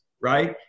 right